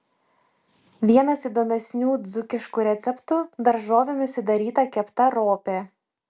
vienas įdomesnių dzūkiškų receptų daržovėmis įdaryta kepta ropė